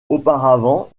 auparavant